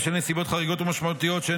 בשל נסיבות חריגות ומשמעותיות שאין